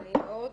נעים מאוד.